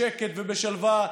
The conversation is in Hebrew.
בשקט ובשלווה,